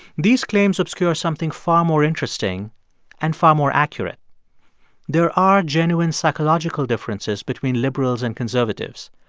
these claims obscure something far more interesting and far more accurate there are genuine psychological differences between liberals and conservatives.